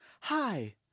Hi